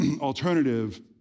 alternative